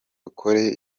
ukore